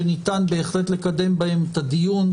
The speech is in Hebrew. שניתן בהחלט לקדם בהן את הדיון.